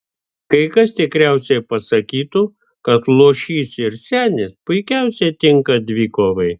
kai kas tikriausiai pasakytų kad luošys ir senis puikiausiai tinka dvikovai